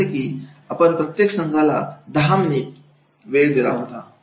जसे कि आपण प्रत्येक संघाला 10 मिनिट वेळ दिला होता